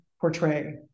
portray